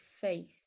face